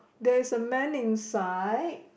there is a man inside